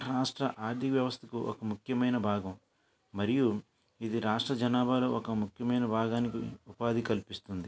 రాష్ట్ర ఆర్థిక వ్యవస్థకు ఒక ముఖ్యమైన భాగం మరియు ఇది రాష్ట్ర జనాభాలో ఒక ముఖ్యమైన భాగానికి ఉపాధి కల్పిస్తుంది